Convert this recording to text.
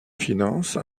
finance